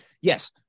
yes